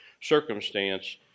circumstance